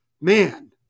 man